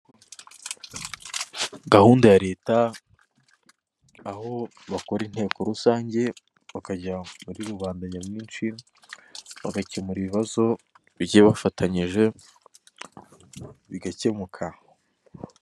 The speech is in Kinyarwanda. Gahunda ya leta aho bakora inteko rusange bakajya muri rubanda nyamwinshi bagakemura ibibazo bafatanyije bigakemuka.